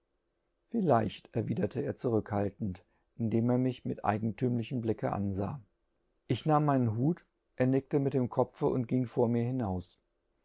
vielleicht erroiberte er jurüdhaltenb inbem er mich mit eigentümlichem blicke ansah ich nahm meinen ut er niefte mit bem äopfe unb ging cor mir hinaus